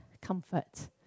comfort